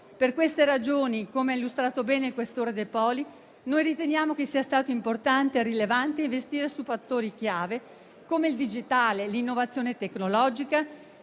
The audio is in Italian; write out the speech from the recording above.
Per queste ragioni - come ha illustrato bene il senatore questore De Poli - noi riteniamo che sia stato importante e rilevante investire su fattori chiave come il digitale e l'innovazione tecnologica: